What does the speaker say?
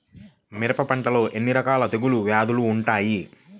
మిరప పంటలో ఎన్ని రకాల తెగులు వ్యాధులు వుంటాయి?